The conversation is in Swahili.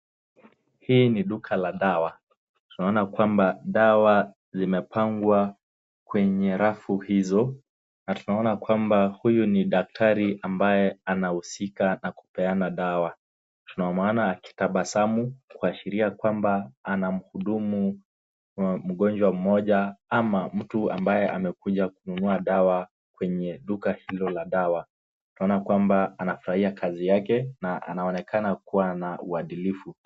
Hii ni duka la dawa . Tunaona kwamba dawa zimepangwa kwenye rafu hizo na tunaona kwamba huyu ni Daktari ambaye anahusika na kupeana madawa ndo maana akitabasamu akiashiria kwamba anamuhudumu mgojwa mmoja ama mtu ambaye amekuja kununua dawa kwa kwenye duka Hilo la dawa . Tunaona kwamba anafurahia kazi yake na anaonekana kuwa na uwadilifu.